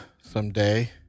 someday